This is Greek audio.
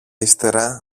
ύστερα